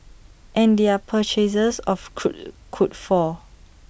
and their purchases of crude could fall